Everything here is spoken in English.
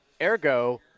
Ergo